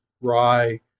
rye